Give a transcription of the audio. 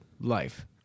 life